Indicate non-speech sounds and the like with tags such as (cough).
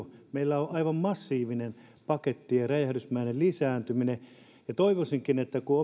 sitä että meillä on aivan massiivinen pakettien räjähdysmäinen lisääntyminen ja toivoisinkin että kun (unintelligible)